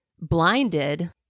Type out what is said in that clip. blinded